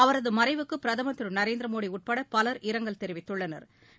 அவரது மறைவுக்கு பிரதமா் திரு நரேந்திர மோடி உட்பட பலா் இரங்கல் தெரிவித்துள்ளனா்